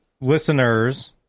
listeners